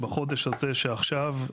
בחודש הזה שעכשיו,